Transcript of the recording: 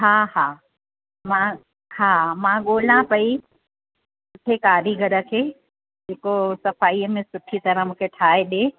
हा हा मां हा मां ॻोल्हा पेई कंहिं कारीगर खे जेको सफ़ाईअ में सुठी तरह मूंखे ठाहे ॾे